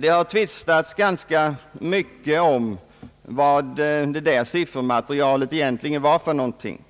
Det har tvistats ganska mycket om vad detta siffermaterial egentligen var för någonting.